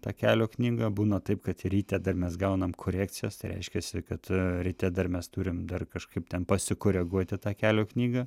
tą kelio knygą būna taip kad ryte dar mes gaunam korekcijas tai reiškiasi kad ryte dar mes turim dar kažkaip ten pasikoreguoti tą kelio knygą